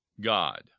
God